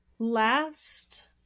last